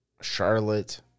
Charlotte